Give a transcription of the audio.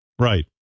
Right